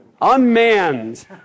unmanned